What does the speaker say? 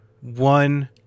one